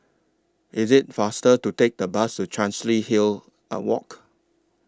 IS IT faster to Take The Bus to Chancery Hill Are Walk